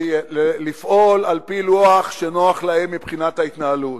לפעול על-פי לוח שנוח להם מבחינת ההתנהלות,